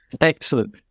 Excellent